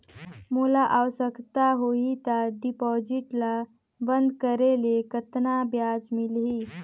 मोला आवश्यकता होही त डिपॉजिट ल बंद करे ले कतना ब्याज मिलही?